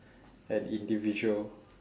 an individual